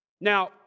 Now